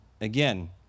again